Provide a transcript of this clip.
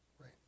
right